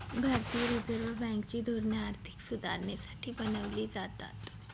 भारतीय reserve bank ची धोरणे आर्थिक सुधारणेसाठी बनवली जातात